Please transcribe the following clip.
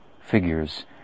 figures